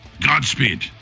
Godspeed